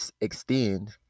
extend